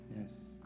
Yes